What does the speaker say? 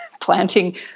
planting